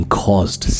caused